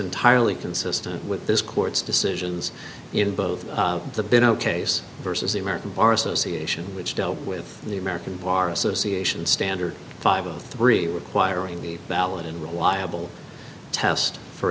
entirely consistent with this court's decisions in both the been a case vs the american bar association which dealt with the american bar association standard five zero three requiring the ballot and reliable test for